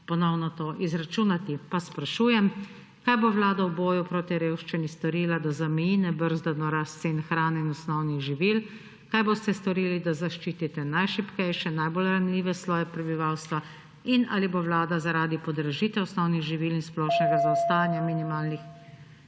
ponovno to izračunati. Sprašujem: Kaj bo Vlada storila v boju proti revščini, da zameji nebrzdano rast cen hrane in osnovnih živil? Kaj boste storili, da zaščitite najšibkejše, najbolj ranljive sloje prebivalstva? Ali bo Vlada zaradi podražitev osnovnih živil in splošnega zaostajanja minimalnih